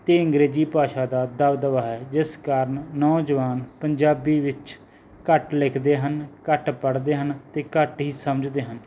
ਅਤੇ ਅੰਗਰੇਜ਼ੀ ਭਾਸ਼ਾ ਦਾ ਦਬਦਬਾ ਹੈ ਜਿਸ ਕਾਰਨ ਨੌਜਵਾਨ ਪੰਜਾਬੀ ਵਿੱਚ ਘੱਟ ਲਿਖਦੇ ਹਨ ਘੱਟ ਪੜ੍ਹਦੇ ਹਨ ਅਤੇ ਘੱਟ ਹੀ ਸਮਝਦੇ ਹਨ